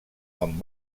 amb